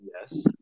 Yes